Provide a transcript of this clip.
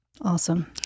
Awesome